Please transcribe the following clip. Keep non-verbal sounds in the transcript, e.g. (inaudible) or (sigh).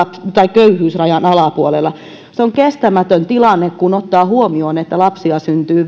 köyhyysrajan alapuolella se on kestämätön tilanne kun ottaa huomioon että lapsia syntyy (unintelligible)